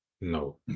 No